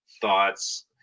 thoughts